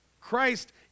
Christ